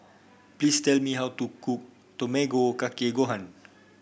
please tell me how to cook Tamago Kake Gohan